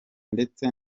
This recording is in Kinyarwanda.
ndetse